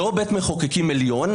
לא בית מחוקקים עליון,